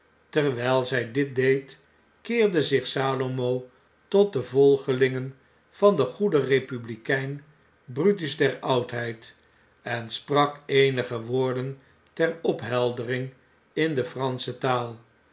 terwjjl zy dit deed keerde zich salomo tot de volgelingen van den goeden republikein brutus der oudheid en sprak eenige woorden ter opheldering in de pransche taal